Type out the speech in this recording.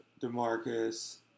DeMarcus